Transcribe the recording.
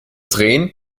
drehen